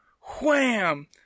Wham